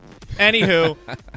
Anywho